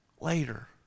later